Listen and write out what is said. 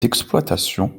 d’exploitation